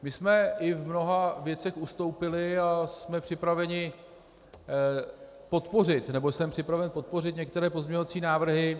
My jsme v mnoha věcech ustoupili a jsme připraveni podpořit, nebo jsem připraven podpořit některé pozměňovací návrhy.